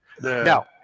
Now